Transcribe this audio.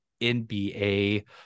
nba